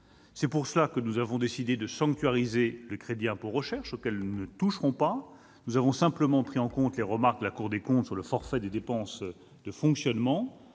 C'est pour cette raison que nous avons décidé de sanctuariser le crédit d'impôt recherche, auquel nous ne toucherons pas. Nous avons simplement pris en compte les remarques de la Cour des comptes sur le forfait relatif aux dépenses de fonctionnement,